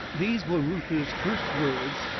these were reuther's first words,